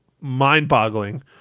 mind-boggling